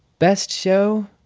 best show?